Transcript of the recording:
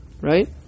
right